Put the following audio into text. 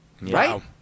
right